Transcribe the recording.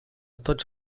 tots